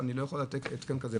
שהוא לא יכול לתת התקן כזה,